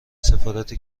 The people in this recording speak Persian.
سفارت